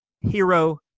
Hero